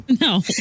No